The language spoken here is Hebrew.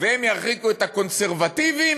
והם ירחיקו את הקונסרבטיבים,